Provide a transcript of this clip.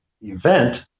event